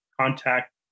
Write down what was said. contact